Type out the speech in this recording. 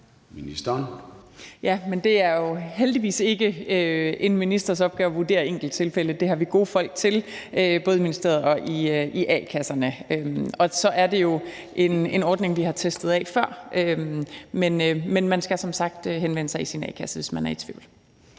Ja, men det er jo heldigvis ikke en ministers opgave at vurdere enkelttilfælde. Det har vi gode folk til, både i ministeriet og i a-kasserne, og så er det jo en ordning, vi har testet af før. Men man skal som sagt henvende sig i sin a-kasse, hvis man er i tvivl.